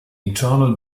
internal